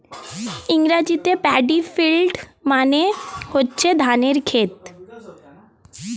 ইংরেজিতে paddy field মানে হচ্ছে ধানের ক্ষেত